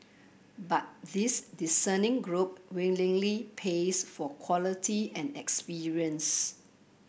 but this discerning group willingly pays for quality and experience